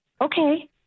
Okay